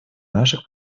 наших